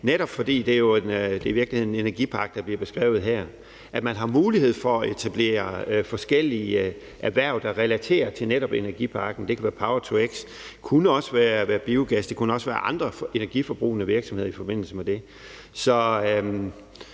netop fordi det jo i virkeligheden er en energipark, der bliver beskrevet her, som giver mulighed for at etablere forskellige erhverv, der relaterer til netop energiparken. Det kunne være power-to-x, det kunne være biogas, det kunne også være andre energiforbrugende virksomheder i forbindelse med det.